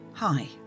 Hi